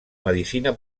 medicina